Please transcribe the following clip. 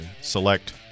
select